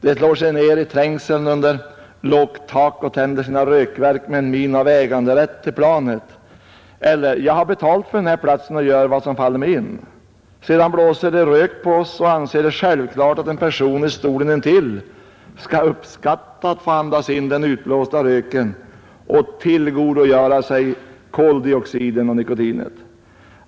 De slår sig ner i trängseln under lågt tak och tänder sina rökverk med en min av äganderätt till planet eller: ”Jag har betalat för denna plats, och jag gör vad som faller mig in! ” Sedan blåser de rök på oss och anser det självklart att en person i stolen intill skall uppskatta att få andas in den utblåsta röken och tillgodogöra sig koloxiden och nikotinet.